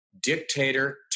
dictator